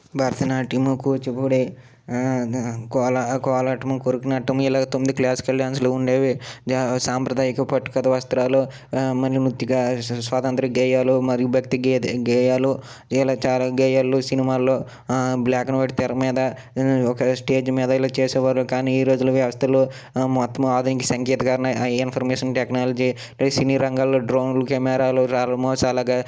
భరతనాట్యము కూచిపూడి కోలా కోలాటము కురకునట్టము ఇలాగ తొమ్మిది క్లాసికల్ డ్యాన్స్లు ఉండేవి సాంప్రదాయక పట్టుకత వస్త్రాలు మళ్లీ ముక్తిగా స్వాతంత్య్ర గేయాలు మరియు భక్తి గేయాలు ఇలా చాలా గేయాలు సినిమాలు బ్లాక్ అండ్ వైట్ తెర మీద ఒక స్టేజ్ మీద ఇలాగ చేసేవారు కానీ ఈరోజుల్లో వ్యవస్థలో మొత్తము ఆధునీకరణ సాంకేతికీకరణ ఇన్ఫర్మేషన్ టెక్నాలజీ సినీ రంగాల్లో డ్రోన్లు కెమెరాలు అలాగా